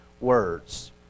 words